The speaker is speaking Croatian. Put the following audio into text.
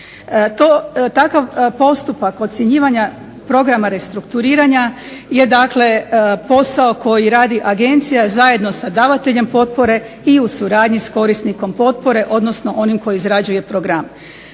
takav postupak ocjenjivanja programa restrukturiranja je dakle posao koji radi agencija zajedno sa davateljem potpore i u suradnji sa korisnikom potpore, odnosno onim koji izrađuje program.